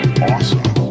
awesome